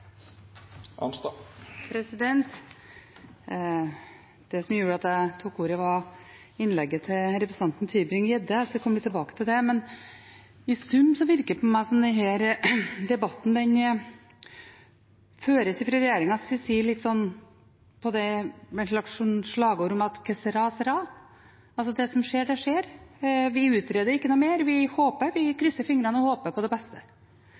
Det som gjorde at jeg tok ordet, var innlegget fra representanten Mathilde Tybring-Gjedde. Jeg skal komme litt tilbake til det. I sum virker det på meg som om denne debatten føres, fra regjeringens side, litt etter slagordet «que sera, sera», altså at det som skjer, det skjer – vi utreder ikke noe mer, vi krysser fingrene og håper på det beste,